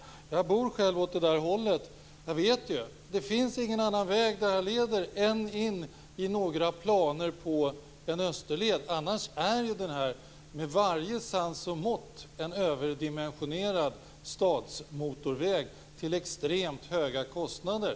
Jag bor själv åt det där hållet. Jag vet ju. Det finns ingen annan väg den leder till än in i planerna på en österled. Annars är den med varje sans och måtta en överdimensionerad stadsmotorväg till extremt höga kostnader.